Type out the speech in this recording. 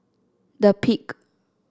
The Peak